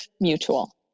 mutual